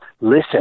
listen